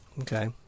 Okay